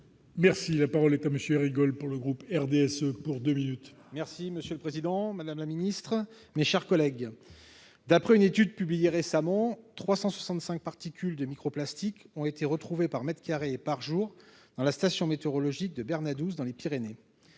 Merci, la parole et comme je suis rigole pour le groupe RDSE pour 2 minutes, merci monsieur le président. Madame la ministre, mes chers collègues, d'après une étude publiée récemment 365 particules de microplastiques ont été retrouvés par mètre carré et par jour dans la station météorologique de Berne à 12 dans les Pyrénées